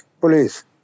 police